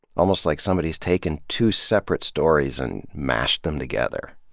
almost like somebody's taken two separate stories and mashed them together.